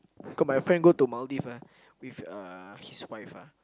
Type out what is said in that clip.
cause my friend go to Maldives ah with uh his wife ah